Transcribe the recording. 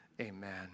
Amen